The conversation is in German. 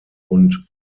und